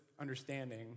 understanding